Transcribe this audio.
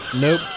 Nope